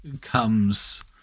comes